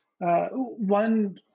One